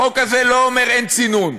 החוק הזה לא אומר אין צינון.